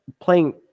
playing